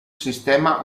sistema